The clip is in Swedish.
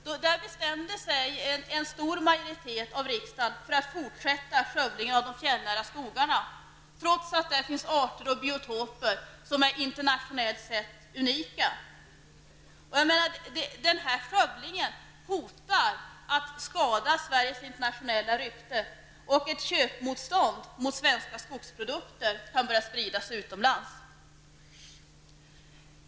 Då bestämde sig en stor majoritet av riksdagen för att fortsätta skövlingen av de fjällnära skogarna, trots att det där finns arter och biotoper som internationellt sett är unika. Denna skövling hotar att skada Sveriges internationella rykte, och ett köpmotstånd mot svenska skogsprodukter kan börja spridas utomlands.